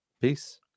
peace